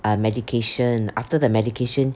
uh medication after the medication